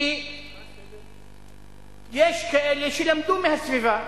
כי יש כאלה שלמדו מהסביבה,